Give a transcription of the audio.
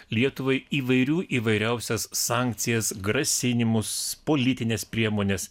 lietuvai įvairių įvairiausias sankcijas grasinimus politines priemones